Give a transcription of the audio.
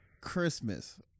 Christmas